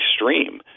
extreme